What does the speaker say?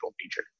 feature